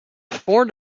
before